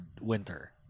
Winter